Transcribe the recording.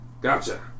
Gotcha